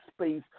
space